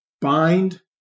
bind